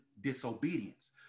disobedience